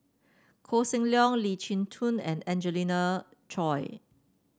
Koh Seng Leong Lee Chin Koon and Angelina Choy